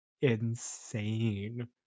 insane